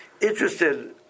interested